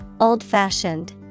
Old-fashioned